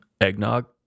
eggnog